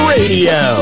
Radio